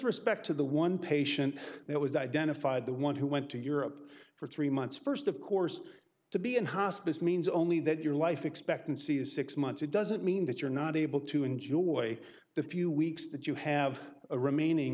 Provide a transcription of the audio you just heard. respect to the one patient that was identified the one who went to europe for three months first of course to be in hospice means only that your life expectancy is six months it doesn't mean that you're not able to enjoy the few weeks that you have a remaining